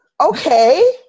Okay